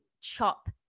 chop